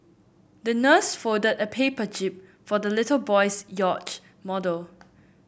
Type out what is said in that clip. the nurse folded a paper jib for the little boy's yacht model